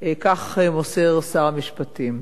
כך מוסר שר המשפטים: